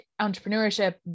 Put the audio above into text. entrepreneurship